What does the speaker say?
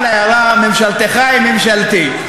תודה רבה לחבר הכנסת רוברט אילטוב.